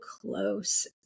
close